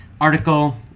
article